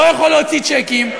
לא יכול להוציא צ'קים,